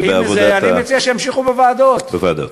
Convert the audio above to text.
אני מציע שימשיכו בוועדות.